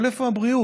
אבל איפה הבריאות?